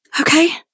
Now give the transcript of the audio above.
Okay